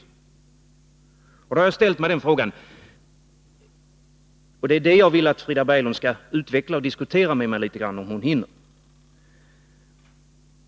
Det är därför jag har ställt den frågan, och det är detta jag vill att Frida Berglund skall utveckla och diskutera litet grand med mig, om hon hinner.